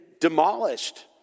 demolished